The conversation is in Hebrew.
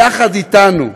יחד איתנו,